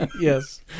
Yes